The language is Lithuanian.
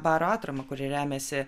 baro atramą kuri remiasi